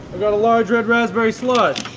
but large red raspberry slush.